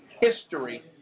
history